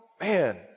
man